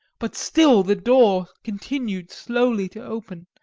but still the door continued slowly to open,